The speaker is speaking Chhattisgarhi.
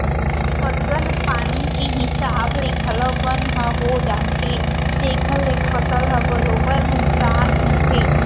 फसल पानी के हिसाब ले घलौक बन ह हो जाथे जेकर ले फसल ह बरोबर नुकसान होथे